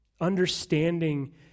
understanding